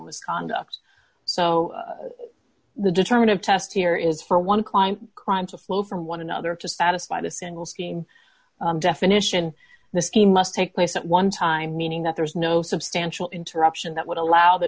misconduct so the determine a test here is for one client crime to flow from one another to satisfy the single scheme definition the scheme must take place at one time meaning that there is no substantial interruption that would allow the